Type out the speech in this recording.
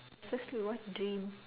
firstly what dream